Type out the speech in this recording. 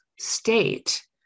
state